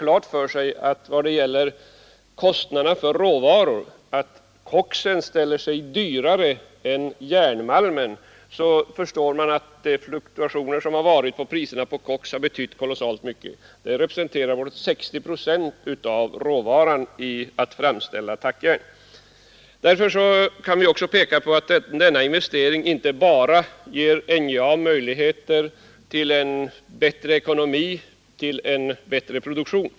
Låt mig bara beträffande råvarukostnaden peka på att koksen ställer sig dyrare än järnmalmen. Mot denna bakgrund förstår man att de fluktuationer i kokspriserna som förekommit har betytt oerhört mycket. Koksen representerar bortåt 60 procent av råvarupriset för framställning av tackjärn. Därför kan vi också peka på att denna investering inte bara ger NJA möjligheter till en bättre ekonomi och förbättrad produktion.